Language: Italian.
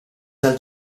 dal